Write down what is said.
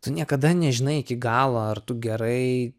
tu niekada nežinai iki galo ar tu gerai